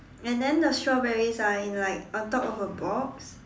and then the strawberries are in like on top of a box